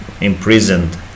imprisoned